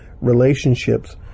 relationships